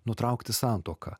nutraukti santuoką